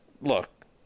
Look